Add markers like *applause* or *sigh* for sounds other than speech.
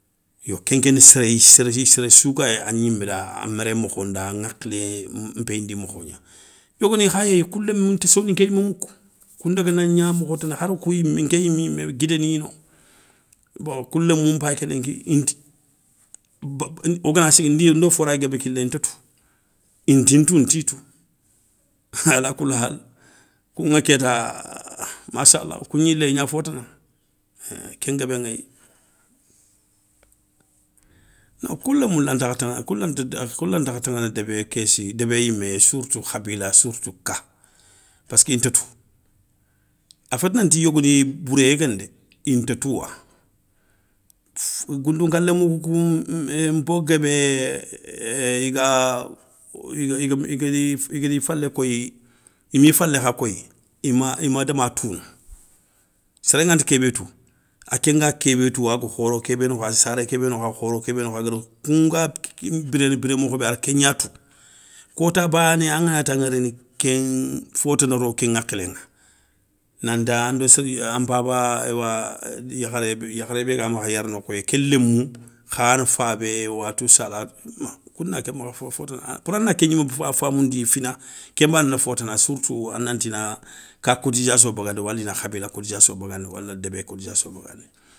Yo kenkéna séré séré sou gayi a gnimé da a mérémokho nda a hakhilé npéyindi mokho gna, yogoni kha yéyi kou lémou nta soninké yimé moukou, kou ndaga na gna mokho tana haro kou yimmé nké yimé yimé, guidé niya no, bon kou lémou npayi kéni inti wo gana sigui ndi ndo fo raya guémé kilé ntétou. Inti ntou nti tou, alakoulihali kouŋa kéta massalaw kou gnilé i gna fo tana, éin ken guébé ŋéyi. No kou lémou lantakha taŋana kou lanta kou lémou lantakha taŋana débé késsi débé yimé, sourtou khabila sourtou ka, pask intatou a féti nanti yogoni bouréyé guéni dé. Intatouwa goundounka lémoukou npo guébé é iga *hesitation* iga igadi falé koyi imi falé kha koyi ima déma tounou. sérén nganta kébé tou. A ké nga kébé tou a ga khoro kébé nokho a saré kébé nokho a khoro kébé nokho a gada kounga biréné biré mokho bé, a da kégna tou, kota bané angan taŋa, rini kéŋa fotana rono ké ŋakhilé ŋa nanta ando sér an paba eywa yakharé, yakharé bé ga makha yéré nokhou, ké lémou kha yana fabé éywa tout ça la bon kouna ké makha fo tana. Poura kégnimé famoundiya fina, ken bané na fo tana, sourtou a nantina ka kotisassio bagandi wala ina khabila cotisation bagandi wala débé cotisation bagandi.